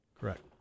Correct